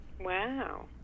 Wow